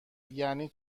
یعنی